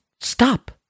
stop